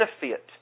benefit